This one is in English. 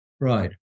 right